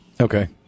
Okay